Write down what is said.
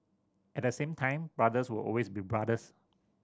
at the same time brothers will always be brothers